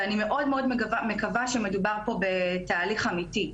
אני מאוד מקווה שמדובר פה בתהליך אמיתי.